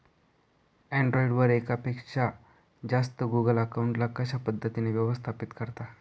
Android वर एकापेक्षा जास्त गुगल अकाउंट ला कशा पद्धतीने व्यवस्थापित करता?